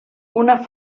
una